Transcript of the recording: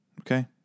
Okay